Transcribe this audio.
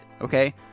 okay